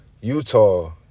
utah